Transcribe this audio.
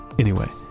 anyway,